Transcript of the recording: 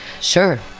Sure